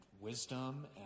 wisdom